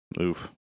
Oof